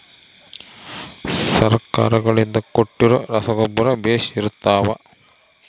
ಸರ್ಕಾರಗಳಿಂದ ಕೊಟ್ಟಿರೊ ರಸಗೊಬ್ಬರ ಬೇಷ್ ಇರುತ್ತವಾ?